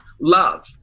love